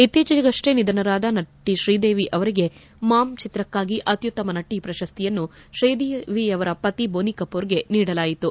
ಇತ್ತೀಚೆಗಷ್ಷೇ ನಿಧನರಾದ ನಟಿ ಶ್ರೀದೇವಿ ಅವರಿಗೆ ಮಾಮ್ ಚಿತ್ರಕ್ಕಾಗಿ ಅತ್ಯುತ್ತಮ ನಟಿ ಪ್ರಶಸ್ತಿಯನ್ನು ಶ್ರೀದೇವಿಯವರ ಪತಿ ಬೋನಿಕಪೂರ್ಗೆ ನೀಡಲಾಯಿತು